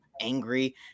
angry